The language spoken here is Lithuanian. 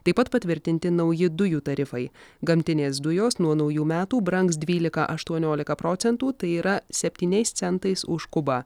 taip pat patvirtinti nauji dujų tarifai gamtinės dujos nuo naujų metų brangs dvylika aštuoniolika procentų tai yra septyniais centais už kubą